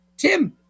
Tim